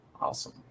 Awesome